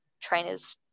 trainers